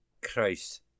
Christ